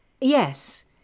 Yes